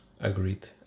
Agreed